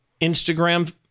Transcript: instagram